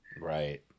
Right